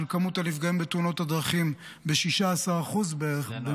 מספר הנפגעים בתאונות הדרכים ב-16% בערך,